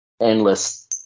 endless